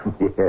Yes